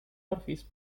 northeast